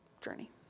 journey